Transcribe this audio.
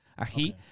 ají